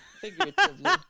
figuratively